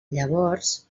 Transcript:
llavors